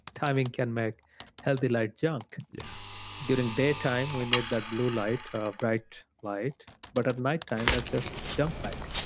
timing can make healthy light junk. yeah during day time, we need that blue light or bright light but at night time, that's just junk light.